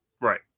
right